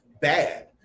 bad